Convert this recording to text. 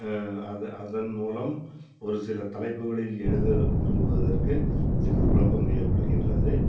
அத அதன் மூலம் ஒரு சில தலைப்புகளில் எழுத விரும்புவதற்கு சிறிது குழப்பம் ஏற்படுகின்றது